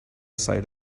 side